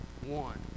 one